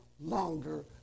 longer